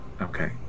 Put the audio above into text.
Okay